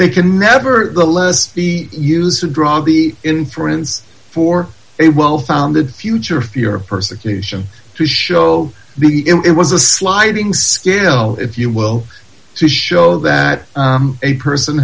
they can never the less be used to draw the inference for a well founded future fear of persecution to show it was a sliding scale if you will to show that a person